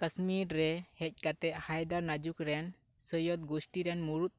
ᱠᱟᱥᱢᱤᱨ ᱨᱮ ᱦᱮᱡ ᱠᱟᱛᱮ ᱦᱟᱭᱫᱟᱨ ᱱᱟᱡᱩᱠ ᱨᱮᱱ ᱥᱳᱭᱭᱳᱫᱽ ᱜᱩᱥᱴᱤ ᱨᱮᱱ ᱢᱩᱬᱩᱛ